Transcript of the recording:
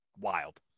wild